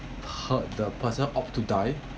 heard the person opt to die